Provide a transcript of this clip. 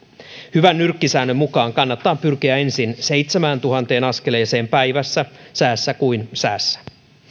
hyvän nyrkkisäännön mukaan kannattaa pyrkiä ensin seitsemääntuhanteen askeleeseen päivässä säässä kuin säässä